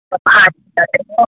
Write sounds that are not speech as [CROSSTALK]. [UNINTELLIGIBLE]